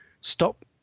stop